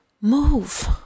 move